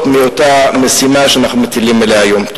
מאותה משימה שאנחנו מטילים עליהם היום.